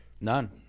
none